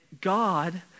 God